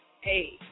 Hey